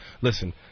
listen